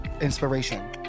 inspiration